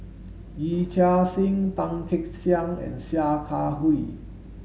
Yee Chia Hsing Tan Kek Hiang and Sia Kah Hui